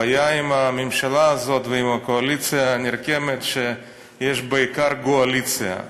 הבעיה עם הממשלה הזאת ועם הקואליציה הנרקמת היא שיש בעיקר גועליציה.